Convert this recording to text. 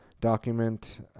document